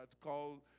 called